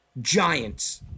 Giants